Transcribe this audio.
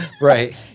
Right